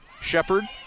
Shepard